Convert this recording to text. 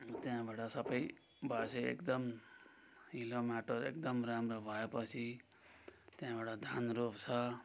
त्याँबड सबै भएपछि एकदम हिलो माटो एकदम राम्रो भएपछि त्यहाँबाट धान रोप्छ